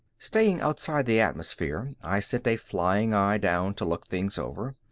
staying outside the atmosphere, i sent a flying eye down to look things over.